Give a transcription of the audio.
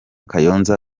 kayonza